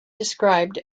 described